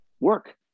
work